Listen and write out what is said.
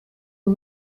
een